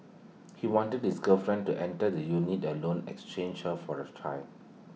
he wanted his girlfriend to enter the unit alone exchange her for her child